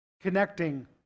connecting